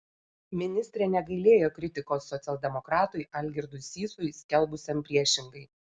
ministrė negailėjo kritikos socialdemokratui algirdui sysui skelbusiam priešingai